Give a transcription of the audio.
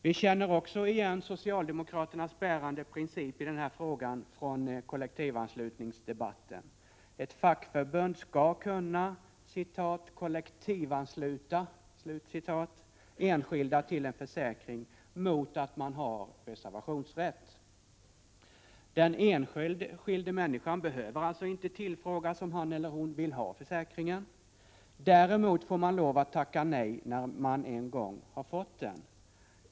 Vi känner också igen socialdemokraternas bärande princip i den här frågan från kollektivanslutningsdebatten: Ett fackförbund skall kunna ”kollektivansluta” enskilda till en försäkring mot att man har reservationsrätt. Den enskilda människan behöver alltså inte tillfrågas om han eller hon vill ha försäkringen. Däremot får man lov att tacka nej när man en gång har fått den.